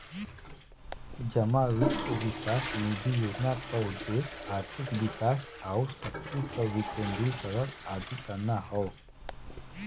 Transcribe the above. जमा वित्त विकास निधि योजना क उद्देश्य आर्थिक विकास आउर शक्ति क विकेन्द्रीकरण आदि करना हौ